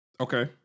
Okay